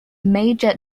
major